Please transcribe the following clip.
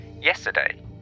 Yesterday